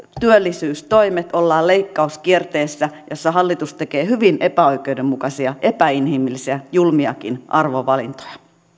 työllisyystoimet ollaan leikkauskierteessä jossa hallitus tekee hyvin epäoikeudenmukaisia epäinhimillisiä julmiakin arvovalintoja